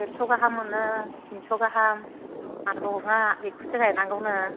देरस' गाहाम मोनो टिनस' गाहाम मालभहगआ बेखौसो गायनांगौनो